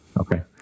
Okay